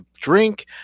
drink